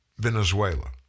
Venezuela